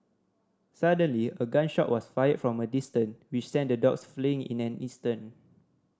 suddenly a gun shot was fired from a distant which sent the dogs fleeing in an instant